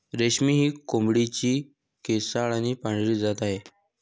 रेशमी ही कोंबडीची केसाळ आणि पांढरी जात आहे